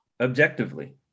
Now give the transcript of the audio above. objectively